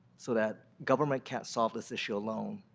so that government can't solve this issue alone.